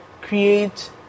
create